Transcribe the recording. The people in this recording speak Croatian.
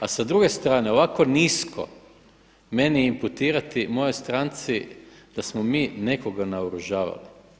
A sa druge strane ovako nisko meni imputirati mojoj stranci da smo mi nekoga naoružavali.